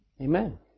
Amen